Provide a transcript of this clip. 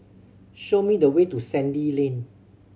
show me the way to Sandy Lane